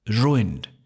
ruined